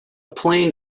plain